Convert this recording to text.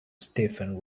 stephen